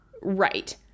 right